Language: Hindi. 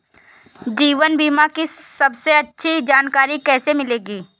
जीवन बीमा की सबसे अच्छी जानकारी कैसे मिलेगी?